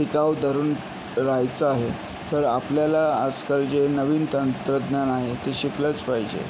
टिकाव धरून राहायचं आहे तर आपल्याला आजकाल जे नवीन तंत्रज्ञान आहे ते शिकलंच पाहिजे